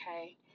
okay